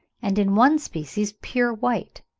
and in one species pure white.